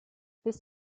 bis